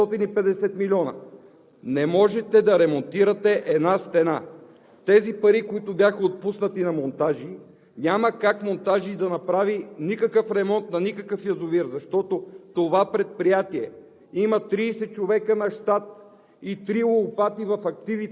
В гербаджийска България за четири години срещу 550 милиона не можете да ремонтирате една стена. Тези пари, които бяха отпуснати на „Монтажи“ – няма как „Монтажи“ да направи никакъв ремонт на никакъв язовир, защото това предприятие